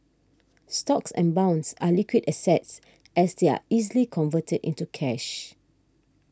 stocks and bonds are liquid assets as they are easily converted into cash